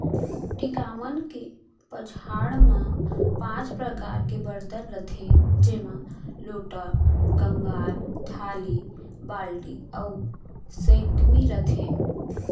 टिकावन के पंचहड़ म पॉंच परकार के बरतन रथे जेमा लोटा, गंगार, थारी, बाल्टी अउ सैकमी रथे